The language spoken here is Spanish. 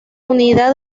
unidad